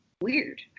weird